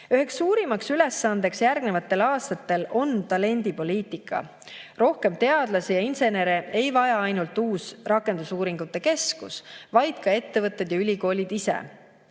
Üks suurimaid ülesandeid järgmistel aastatel on talendipoliitika. Rohkem teadlasi ja insenere ei vaja ainult uus rakendusuuringute keskus, vaid ka ettevõtted ja ülikoolid ise.